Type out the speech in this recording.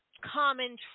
common